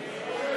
בצלאל,